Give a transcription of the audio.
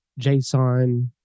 JSON